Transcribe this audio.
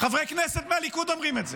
חברי כנסת מהליכוד אומרים את זה,